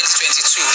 2022